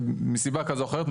מסיבה כזו או אחרת,